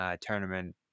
tournament